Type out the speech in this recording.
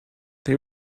they